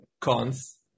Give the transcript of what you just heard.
cons